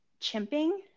chimping